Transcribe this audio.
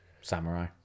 Samurai